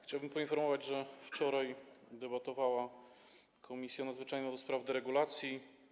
Chciałbym poinformować, że wczoraj debatowała Komisja Nadzwyczajna do spraw deregulacji.